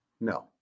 no